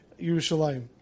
Yerushalayim